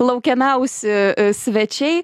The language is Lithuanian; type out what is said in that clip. laukiamiausi svečiai